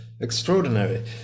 Extraordinary